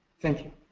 thank you.